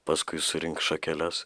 paskui surinks šakeles